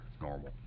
normal